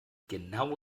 genau